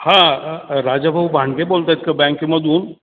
हां राजाभाऊ भाणगे बोलत आहेत का बँकेमधून